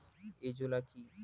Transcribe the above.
Azolla কি?